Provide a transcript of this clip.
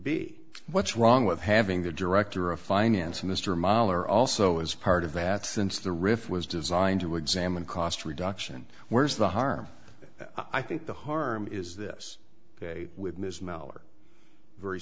be what's wrong with having the director of finance mr moller also is part of that since the riff was designed to examine cost reduction where's the harm i think the harm is this ok with ms miller very